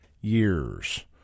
years